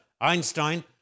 Einstein